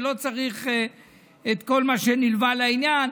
ולא צריך את כל מה שנלווה לעניין.